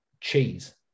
cheese